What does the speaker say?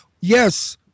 yes